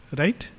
right